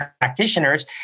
practitioners